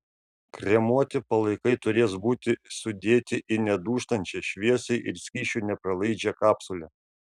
kremuoti palaikai turės būti sudėti į nedūžtančią šviesai ir skysčiui nepralaidžią kapsulę